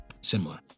similar